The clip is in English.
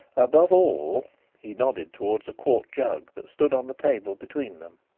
above all he nodded towards a quart jug that stood on the table between them,